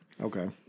Okay